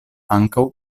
ankaŭ